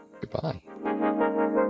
Goodbye